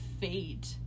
fate